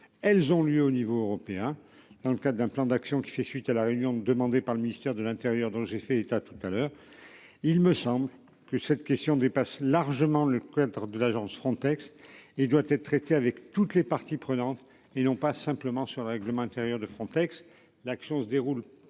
elles ont lieu au niveau européen dans le cadre d'un plan d'action qui fait suite à la réunion demandée par le ministère de l'Intérieur. Donc j'ai fait état toute à l'heure. Il me semble que cette question dépasse largement le compteur de l'agence Frontex. Il doit être traité avec toutes les parties prenantes et non pas simplement sur le règlement intérieur de Frontex. L'action se déroule